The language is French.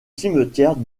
cimetière